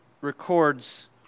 records